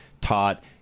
taught